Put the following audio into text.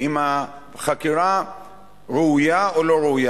אם החקירה ראויה או לא ראויה.